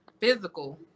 physical